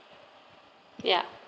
ya